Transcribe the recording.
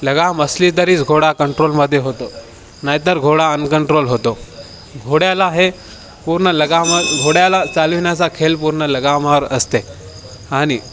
लगाम असली तरीच घोडा कंट्रोलमध्ये होतो नाहीतर घोडा अनकंट्रोल होतो घोड्याला हे पूर्ण लगाम घोड्याला चालविण्याचा खेळ पूर्ण लगामावर असते आणि